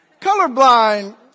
colorblind